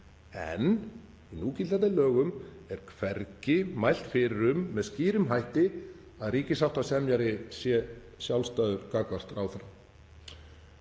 en í núgildandi lögum er hvergi mælt fyrir um með skýrum hætti að ríkissáttasemjari sé sjálfstæður gagnvart ráðherra.